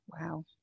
Wow